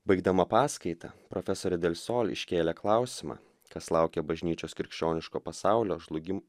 baigdama paskaitą profesorė del sol iškėlė klausimą kas laukia bažnyčios krikščioniško pasaulio žlugimo